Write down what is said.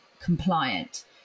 compliant